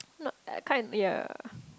not uh kind ya